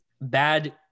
bad